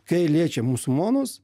kai liečia musulmonus